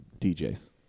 DJs